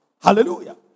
Hallelujah